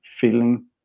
feeling